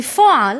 בפועל